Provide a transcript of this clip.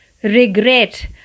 Regret